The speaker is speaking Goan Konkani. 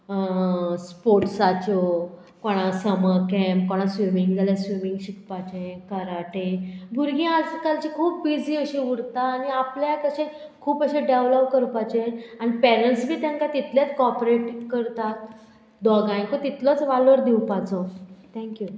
स्पोर्ट्साच्यो कोणा समर कॅम्प कोणा स्विमींग जाल्यार स्विमींग शिकपाचें कराटे भुरगीं आज कालचीं खूब बिजी अशीं उरता आनी आपल्याक अशें खूब अशें डेवलोप करपाचें आनी पेरेंट्स बी तेंकां तितलेंच कॉपरेट करतात दोगांयकूय तितलोच वालोर दिवपाचो थँक्यू